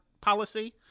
policy